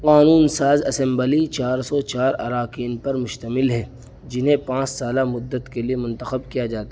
قانون ساز اسمبلی چار سو چار اراکین پر مشتمل ہے جنہیں پانچ سالہ مدت کے لیے منتخب کیا جاتا